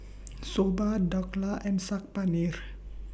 Soba Dhokla and Saag Paneer